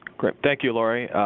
great, thank you laurie.